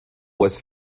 was